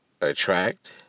attract